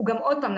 עוד פעם,